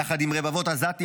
יחד עם רבבות עזתים,